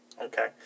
Okay